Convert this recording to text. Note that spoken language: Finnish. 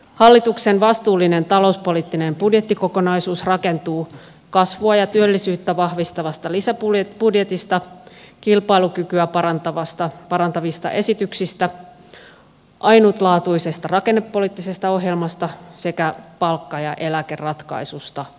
hallituksen vastuullinen talouspoliittinen budjettikokonaisuus rakentuu kasvua ja työllisyyttä vahvistavasta lisäbudjetista kilpailukykyä parantavista esityksistä ainutlaatuisesta rakennepoliittisesta ohjelmasta sekä palkka ja eläkeratkaisusta